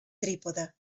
trípode